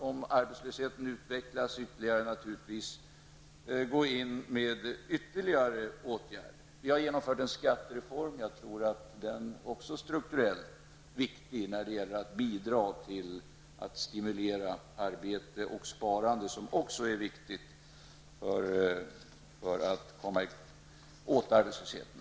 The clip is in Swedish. Om arbetslösheten utvecklas ytterligare kan det komma även andra åtgärder. Vi har också genomfört en skattereform som jag tror är strukturellt viktig för att stimulera arbete och sparande, vilket också är viktigt för att komma åt arbetslösheten.